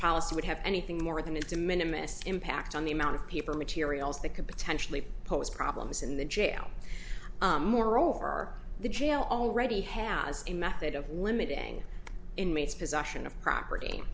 policy would have anything more than its a minimalist impact on the amount of paper materials that could potentially pose problems in the jail or the jail already has a method of limiting inmates possession of property